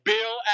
Bill